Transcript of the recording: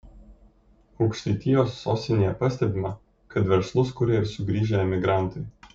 aukštaitijos sostinėje pastebima kad verslus kuria ir sugrįžę emigrantai